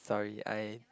sorry I